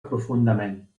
profundament